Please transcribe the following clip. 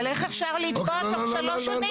אבל איך אפשר לתבוע תוך שלוש שנים?